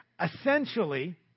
Essentially